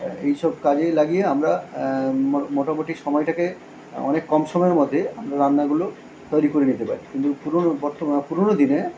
এইসব কাজে লাগিয়ে আমরা মো মোটামুটি সময়টাকে অনেক কম সময়ের মধ্যে আমরা রান্নাগুলো তৈরি করে নিতে পারি কিন্তু পুরনো বর্তমান পুরনো দিনে